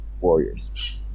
warriors